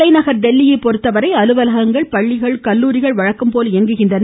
தலைநகர் டெல்லியை பொறுத்தவரை அலுவலகங்கள் பள்ளிகள் கல்லூரிகள் வழக்கம் போல் இயங்குகின்றன